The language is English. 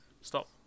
Stop